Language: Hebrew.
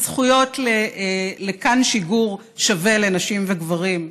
הזכויות לכַן שיגור שווה לנשים וגברים.